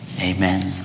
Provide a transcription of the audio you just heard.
Amen